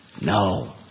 no